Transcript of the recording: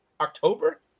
October